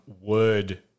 word